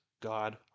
God